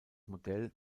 modell